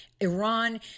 Iran